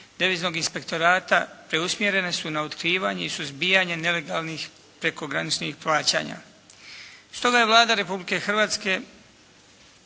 Deviznog inspektorata preusmjerene su na otkrivanje i suzbijanje nelegalnih prekograničnih plaćanja. Stoga je Vlada Republike Hrvatske